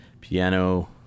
piano